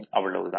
அவ்வளவுதான்